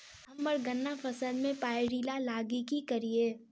हम्मर गन्ना फसल मे पायरिल्ला लागि की करियै?